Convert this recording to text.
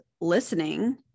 listening